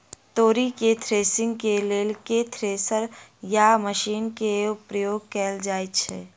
तोरी केँ थ्रेसरिंग केँ लेल केँ थ्रेसर या मशीन केँ प्रयोग कैल जाएँ छैय?